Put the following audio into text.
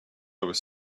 was